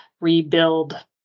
rebuild